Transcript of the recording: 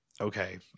Okay